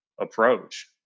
approach